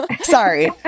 Sorry